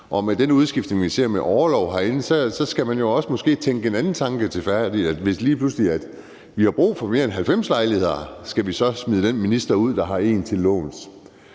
Og med den udskiftning, vi ser med orlov herinde, skal man jo måske også tænke en anden tanke til ende: Hvis vi lige pludselig har brug for mere end 90 lejligheder, skal vi så smide den minister, der har en til låns,